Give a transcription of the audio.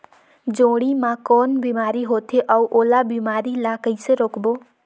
जोणी मा कौन बीमारी होथे अउ ओला बीमारी ला कइसे रोकबो?